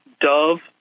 dove